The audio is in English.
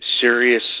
serious